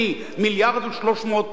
מיליארד ו-300 מיליון,